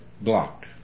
blocked